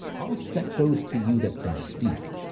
i'll set those to you that can speak.